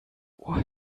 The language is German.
ohr